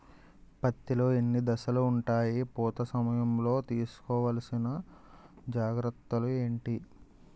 పత్తి లో ఎన్ని దశలు ఉంటాయి? పూత సమయం లో తీసుకోవల్సిన జాగ్రత్తలు ఏంటి?